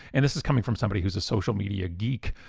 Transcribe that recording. and this is coming from somebody who's a social media geek,